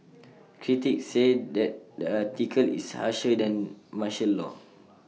critics say that the article is harsher than martial law